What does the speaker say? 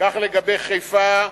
כך לגבי חיפה,